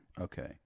Okay